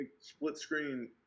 split-screen